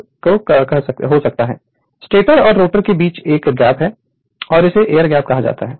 तो स्टेटर और रोटर के बीच एक गैप है और इसे एयर गैप कहा जाता है